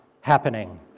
happening